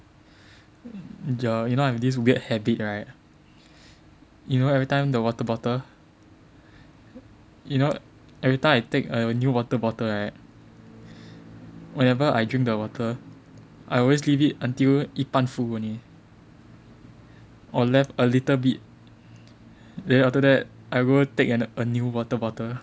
Joel you know I have this weird habit right you know everytime the water bottle you know everytime I take a new water bottle right whenever I drink the water I always leave it until 一半 full only or left a little bit then after that I go take and a new water bottle